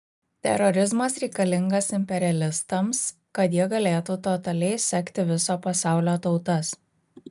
terorizmas reikalingas imperialistams kad jie galėtų totaliai sekti viso pasaulio tautas